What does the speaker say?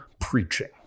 preaching